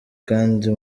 kandi